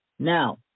Now